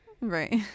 Right